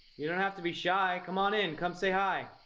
you don't have to be shy, c'mon in, come say hi.